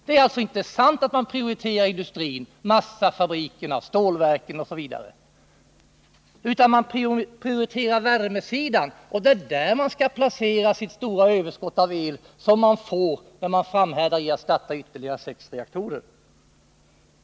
Det är alltså inte sant att man prioriterar industrin — massafabrikerna, stålverken osv. — utan man prioriterar värmesidan. Det är där man skall placera sitt stora överskott av el som man får om man framhärdar i att starta ytterligare sex reaktorer.